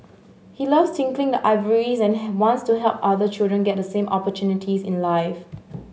he loves tinkling the ivories and have wants to help other children get the same opportunities in life